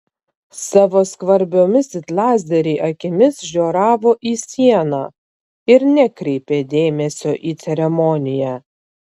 savo skvarbiomis it lazeriai akimis žioravo į sieną ir nekreipė dėmesio į ceremoniją